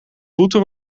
voeten